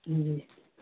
जी